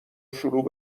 شروع